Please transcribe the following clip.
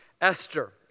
Esther